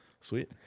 sweet